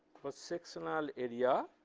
cross-sectional area